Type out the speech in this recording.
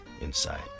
inside